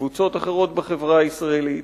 מקבוצות אחרות בחברה הישראלית,